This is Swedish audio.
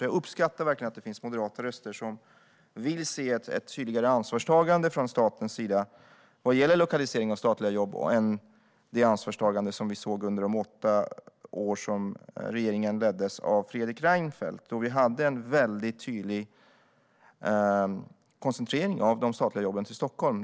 Jag uppskattar verkligen att det finns moderata röster som vill se ett tydligare ansvarstagande från statens sida vad gäller lokalisering av statliga jobb än det ansvarstagande som vi såg under de åtta år då regeringen leddes av Fredrik Reinfeldt. Då hade vi en väldigt tydlig koncentrering av de statliga jobben till Stockholm.